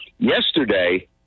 Yesterday